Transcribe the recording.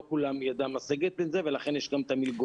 לא כולם ידם משגת את זה ולכן יש גם את המלגות.